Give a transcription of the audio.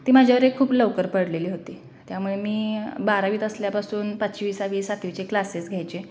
ती माझ्यावर एक खूप लवकर पडलेली होती त्यामुळे मी बारावीत असल्यापासून पाचवी सहावी सातवीचे क्लासेस घ्यायचे